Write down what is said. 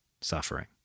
suffering